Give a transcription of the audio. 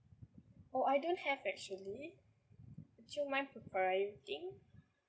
oh I don't have actually would you mind